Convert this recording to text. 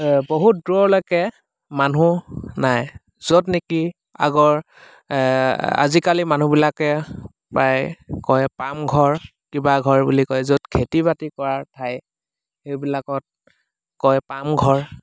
এ বহুত দূৰলৈকে মানুহ নাই য'ত নেকি আগৰ এ আজিকালি মানুহবিলাকে প্ৰায় কয় পামঘৰ কিবা ঘৰ বুলি কয় য'ত খেতি বাতি কৰাৰ ঠাই সেইবিলাকক কয় পামঘৰ